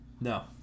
No